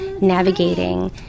navigating